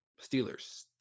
Steelers